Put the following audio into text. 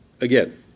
again